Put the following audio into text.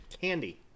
Candy